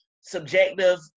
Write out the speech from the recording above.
subjective